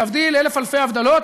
להבדיל אלף אלפי הבדלות,